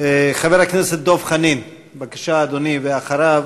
חבר הכנסת דב חנין, בבקשה, אדוני, ואחריו,